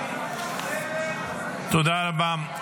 תודה רבה.